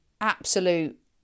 absolute